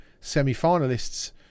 semi-finalists